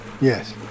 yes